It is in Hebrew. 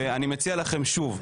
אני מציע לכם שוב,